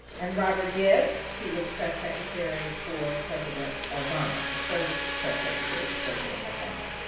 and robert gibbs, who was press secretary for president obama, the first press secretary for president obama.